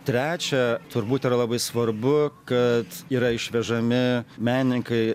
trečia turbūt yra labai svarbu kad yra išvežami menininkai